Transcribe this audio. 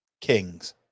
kings